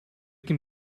can